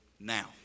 now